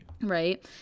Right